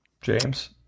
James